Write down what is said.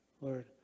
Lord